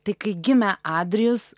tik kai gimė adrijus